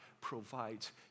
provides